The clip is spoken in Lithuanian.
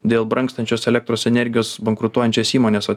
dėl brangstančios elektros energijos bankrutuojančias įmones ot